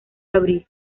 abril